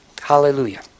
Hallelujah